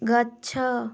ଗଛ